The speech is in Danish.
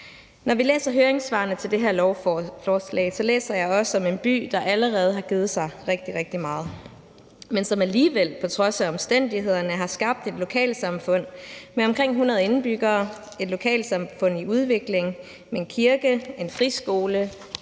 Når vi læser høringssvarene til det her lovforslag, læser jeg også om en by, der allerede har givet sig rigtig, rigtig meget, men som alligevel på trods af omstændighederne har skabt et lokalsamfund med omkring 100 indbyggere, et lokalsamfund i udvikling med en kirke, en friskole,